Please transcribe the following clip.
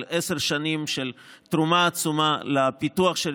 על עשר שנים של תרומה עצומה לפיתוח של